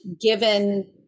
Given